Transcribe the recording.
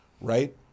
right